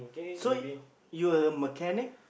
so you a mechanic